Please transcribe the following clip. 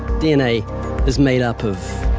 dna is made up of